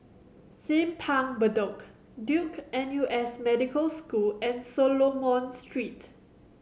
Simpang Bedok Duke N U S Medical School and Solomon Street